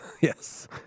yes